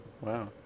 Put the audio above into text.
Wow